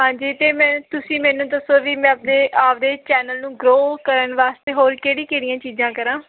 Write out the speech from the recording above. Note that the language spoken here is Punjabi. ਹਾਂਜੀ ਅਤੇ ਮੈਂ ਤੁਸੀਂ ਮੈਨੂੰ ਦੱਸੋ ਵੀ ਮੈਂ ਆਪਣੇ ਆਪਦੇ ਚੈਨਲ ਨੂੰ ਗਰੋ ਕਰਨ ਵਾਸਤੇ ਹੋਰ ਕਿਹੜੀ ਕਿਹੜੀਆਂ ਚੀਜ਼ਾਂ ਕਰਾਂ